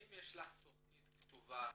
האם יש לך תכנית כתובה